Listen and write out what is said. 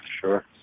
Sure